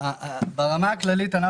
ברמה הכללית,